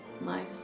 Nice